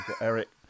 Eric